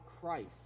Christ